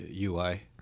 UI